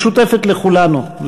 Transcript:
משותפת לכולנו,